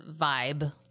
vibe